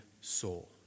soul